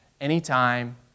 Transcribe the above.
anytime